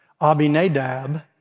Abinadab